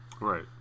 right